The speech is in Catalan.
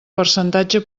percentatge